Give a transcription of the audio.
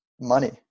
money